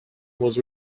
was